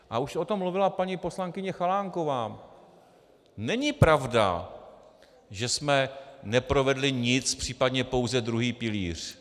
A už o tom mluvila paní poslankyně Chalánková, není pravda, že jsme neprovedli nic, případně pouze druhý pilíř.